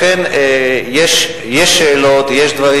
לכן, יש שאלות, יש דברים.